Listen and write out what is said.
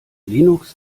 linux